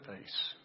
face